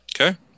Okay